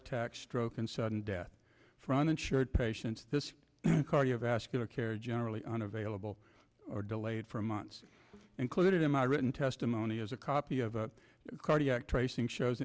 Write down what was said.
attack stroke and sudden death for uninsured patients this cardiovascular care generally unavailable or delayed for months included in my written testimony as a copy of a cardiac tracing shows